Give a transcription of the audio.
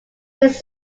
his